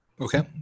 Okay